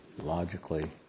logically